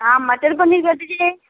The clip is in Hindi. हाँ मटर पनीर कर दीजिये एक